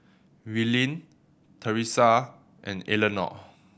Willene Thresa and Eleonore